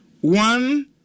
one